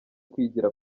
kwigira